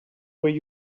will